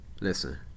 Listen